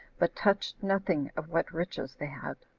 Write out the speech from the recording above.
but touched nothing of what riches they had.